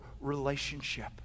relationship